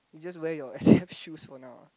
you just wear your exam shoes for now ah